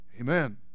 Amen